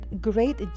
great